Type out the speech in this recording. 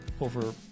over